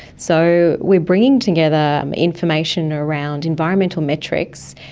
so we're bringing together information around environmental metrics,